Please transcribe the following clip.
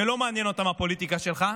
ולא מעניינת אותם הפוליטיקה שלך.